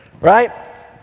right